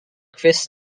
chris